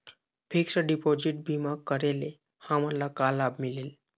Fix deposit बीमा करे ले हमनला का लाभ मिलेल?